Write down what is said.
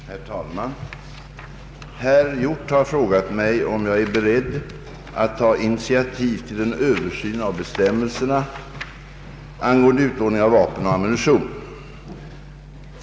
Herr talman! Herr Hjorth har frågat mig om jag är beredd att ta initiativ till en översyn av bestämmelserna angående utlåning av vapen och ammunition.